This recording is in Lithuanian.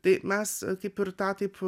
tai mes kaip ir tą taip